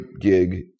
gig